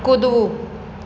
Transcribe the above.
કૂદવું